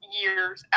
years